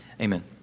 Amen